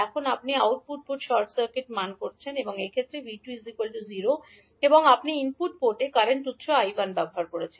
এখন আপনি output port short circuit মানে করছেন এই ক্ষেত্রে 𝐕2 0 এবং আপনি ইনপুট পোর্টে কারেন্ট উত্স 𝐈1 প্রয়োগ করছেন